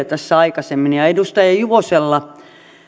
tässä aikaisemmin ja edustaja juvosella